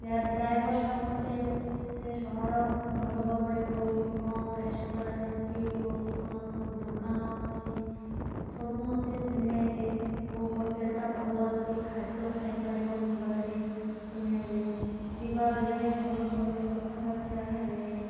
cab ଡ୍ରାଇଭର୍ଟା ମୋତେ ସେ ସହରକୁ ଭଲ ଭାବରେ କେଉଁଠି କ'ଣ ରେଷ୍ଟୁରାଣ୍ଟ ଅଛି କେଉଁଠି କ'ଣ କେଉଁ ଦୋକାନ ଅଛି ସବୁ ମୋତେ ଚିହ୍ନାଇଲେ କେଉଁ ହୋଟେଲଟା ଭଲ ଅଛି ଖାଦ୍ୟ ଖାଇପାରିବ ଭଲରେ ଚିହ୍ନାଇଲେ ଯିବାବେଳେ ଭଲ ଭାବରେ କଥାବାର୍ତ୍ତା ହେଲେ